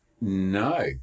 No